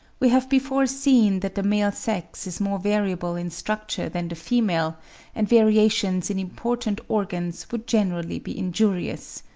we have before seen that the male sex is more variable in structure than the female and variations in important organs would generally be injurious.